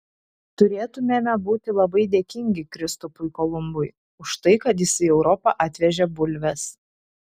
turėtumėme būti labai dėkingi kristupui kolumbui už tai kad jis į europą atvežė bulves